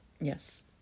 Yes